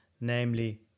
namely